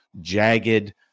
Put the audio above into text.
jagged